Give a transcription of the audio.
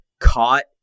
caught